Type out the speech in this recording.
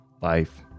life